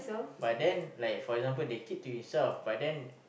but then like for example they keep to itself but then